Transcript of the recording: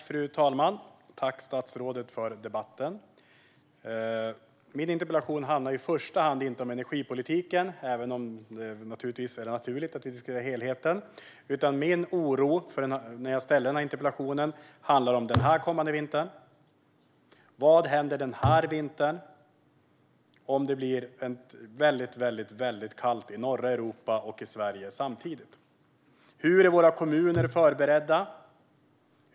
Fru talman! Min interpellation handlar inte i första hand om energipolitiken, även om det förstås är naturligt att vi diskuterar helheten, utan min oro handlar om den kommande vintern. Vad händer den här vintern om det blir väldigt kallt i norra Europa och i Sverige samtidigt? Hur är våra kommuner förberedda?